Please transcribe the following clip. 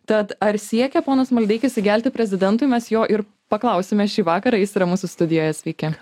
tad ar siekia ponas maldeikis įgelti prezidentui mes jo ir paklausime šį vakarą jis yra mūsų studijoje sveiki